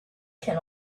can